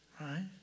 Right